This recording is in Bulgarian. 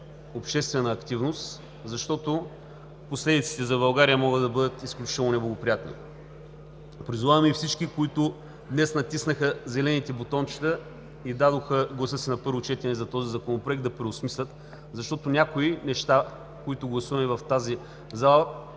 обществена активност, защото последиците за България могат да бъдат изключително неблагоприятни. Призовавам и всички, които днес натиснаха зелените бутончета и дадоха гласа си на първо четене за този законопроект, да преосмислят, защото някои неща, които гласуваме в тази зала,